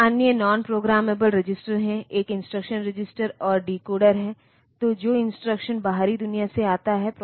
यह आरेख हमारे पास मौजूद चीजों को समझने का एक स्वच्छ तरीका देता है